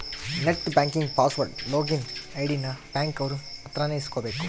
net banking password login ID ನ bank ಅವ್ರ ಅತ್ರ ನೇ ಇಸ್ಕಬೇಕು